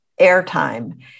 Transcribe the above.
airtime